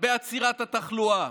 בעצירת התחלואה.